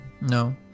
No